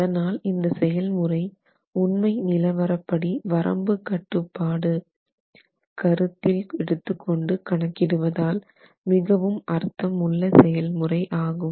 அதனால் இந்த செயல்முறை உண்மை நிலவரப்படி வரம்பு கட்டுப்பாடு கருத்தில் எடுத்துக்கொண்டு கணக்கிடுவதால் மிகவும் அர்த்தம் உள்ள செயல்முறை ஆகும்